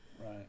Right